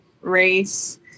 race